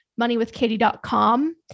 moneywithkatie.com